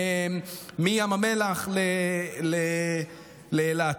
מים המלח לאילת?